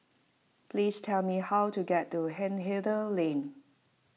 please tell me how to get to Hindhede Lane